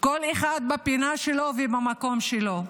כל אחד בפינה שלו ובמקום שלו,